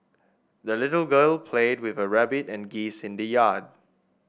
the little girl played with her rabbit and geese in the yard